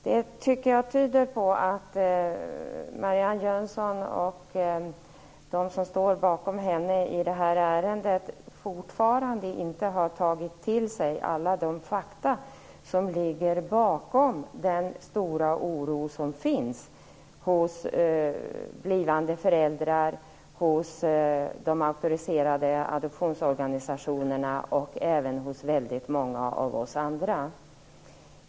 Det tycker jag tyder på att Marianne Jönsson och de som står bakom henne i det här ärendet fortfarande inte har tagit till sig alla de fakta som ligger bakom den stora oro som finns hos blivande föräldrar, hos de auktoriserade adoptionsorganisationerna och även hos väldigt många av oss andra.